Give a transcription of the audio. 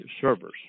servers